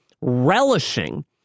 relishing